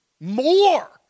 More